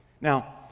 Now